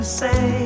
say